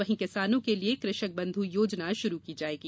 वहीं किसानों के लिए कृषक बंध योजना शुरू की जायेगी